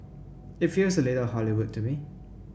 it feels a little Hollywood to me